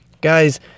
Guys